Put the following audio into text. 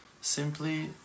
simply